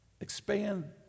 expand